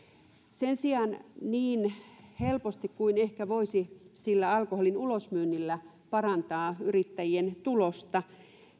sen sijaan niin helposti kuin ehkä voisi sillä alkoholin ulosmyynnillä parantaa yrittäjien tulosta